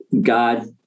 God